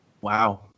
Wow